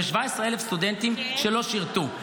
יש 17,000 סטודנטים שלא שירתו,